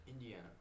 Indiana